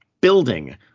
building